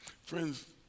Friends